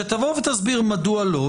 שתבוא ותסביר מדוע לא,